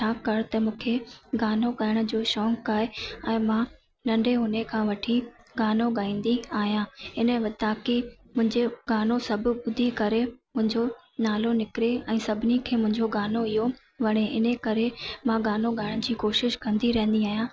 छाकाणि त मूंखे गानो ॻाइण जो शौक़ु आहे ऐं मां नंढे हूंदे खां वठी गानो ॻाईंदी आहियां हिन वाता की मुंहिंजो गानो सभु ॿुधी करे मुंहिंजो नालो निकिरे ऐं सभिनी खे मुंहिंजो गानो इयं वणे इनकरे मां गानो ॻाइण जी कोशिश कंदी रहंदी आहियां